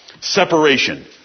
Separation